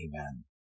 amen